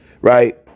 right